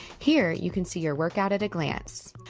here you can see your workout at a glance.